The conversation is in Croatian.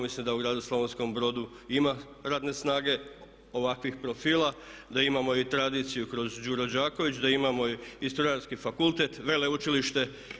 Mislim da u gradu Slavonskom Brodu ima radne snage ovakvih profila, da imamo i tradiciju kroz Đuro Đaković, da imamo i strojarski fakultet, veleučilište.